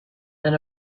than